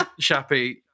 shappy